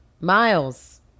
Miles